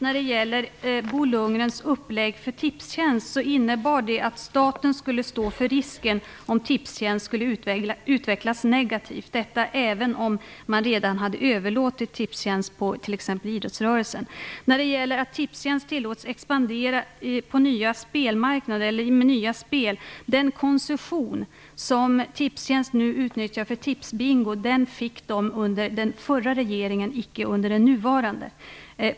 Fru talman! Bo Lundgrens upplägg för Tipstjänst innebar att staten skulle stå för risken om Tipstjänst skulle utvecklas negativt - detta även om man redan hade överlåtit Tipstjänst på t.ex. idrottsrörelsen. När det gäller påståendet att Tipstjänst tillåts expandera med nya spel vill jag säga att Tipstjänst fick den koncession man nu utnyttjar för Tipsbingo under den förra regeringens regeringsinnehav - icke under den nuvarandes.